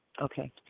okay